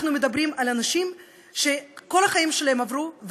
אנחנו מדברים על אנשים שכל החיים שלהם עברו,